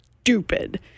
stupid